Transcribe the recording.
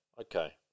Okay